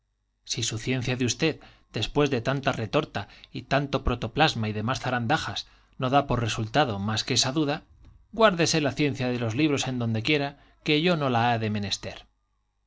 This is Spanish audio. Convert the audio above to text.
si su ciencia de usted después de tanta retorta y tanto protoplasma y demás zarandajas no da por resultado más que esa duda guárdese la ciencia de los libros en donde quiera que yo no la he menester